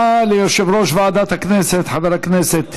הודעה ליושב-ראש ועדת הכנסת חבר הכנסת